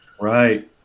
Right